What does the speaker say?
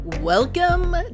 Welcome